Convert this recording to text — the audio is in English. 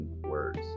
words